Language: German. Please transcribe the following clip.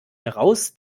heraus